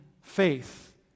faith